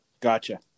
Gotcha